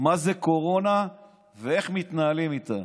מה זה קורונה ואיך מתנהלים איתה.